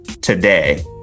today